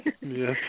Yes